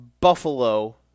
Buffalo